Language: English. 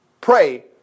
pray